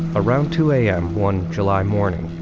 around two a m. one july morning.